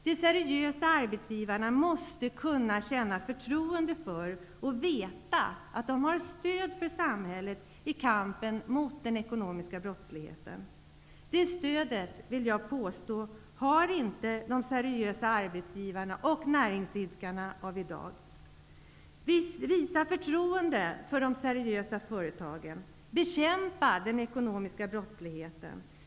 De seriösa arbetsgivarna måste kunna känna förtroende för och veta att de har stöd från samhället i kampen mot den ekonomiska brottsligheten. Det stödet -- vill jag påstå -- har inte de seriösa arbetsgivarna och näringsidkarna i dag. Visa förtroende för de seriösa företagen. Bekämpa den ekonomiska brottsligheten.